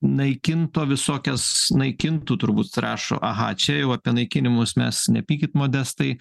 naikinto visokias naikintų turbūt rašo aha čia jau apie naikinimus mes nepykit modestai